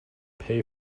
pay